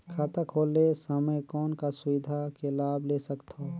खाता खोले समय कौन का सुविधा के लाभ ले सकथव?